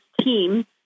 team